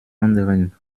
anderen